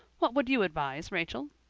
what would you advise, rachel?